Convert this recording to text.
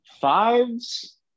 Fives